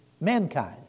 mankind